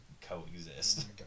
coexist